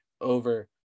over